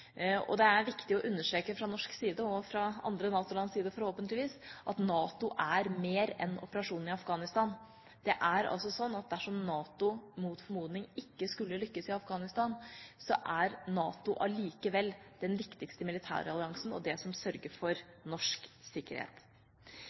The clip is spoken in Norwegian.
og det er viktig å understreke fra norsk side – og fra andre NATO-lands side, forhåpentligvis – at NATO er mer enn operasjonen i Afghanistan. Det er altså slik at dersom NATO mot formodning ikke skulle lykkes i Afghanistan, er NATO allikevel den viktigste militæralliansen og det som sørger for